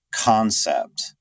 concept